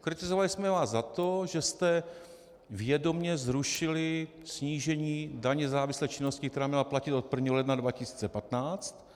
Kritizovali jsme vás za to, že jste vědomě zrušili snížení daně ze závislé činnosti, která měla platit od 1. ledna 2015,